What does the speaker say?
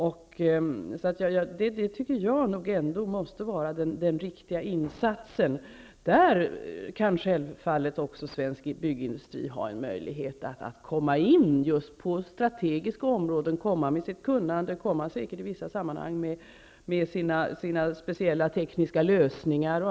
Jag tycker nog att det måste vara den riktiga insatsen. Kanske har svensk byggindustri en möjlighet att komma in där, att på strategiska områden komma med sitt kunnande och att i vissa sammanhang komma med sina speciella tekniska lösningar.